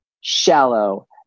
shallow